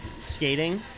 skating